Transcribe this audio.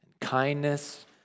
kindness